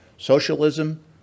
Socialism